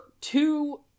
two